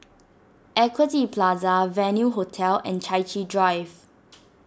Equity Plaza Venue Hotel and Chai Chee Drive